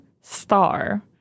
star